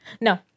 No